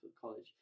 college